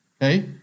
Okay